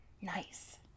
Nice